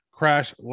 crash